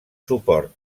suport